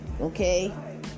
Okay